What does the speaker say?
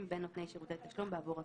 בין נותני שירותי תשלום בעבור עצמם.